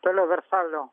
toliau versalio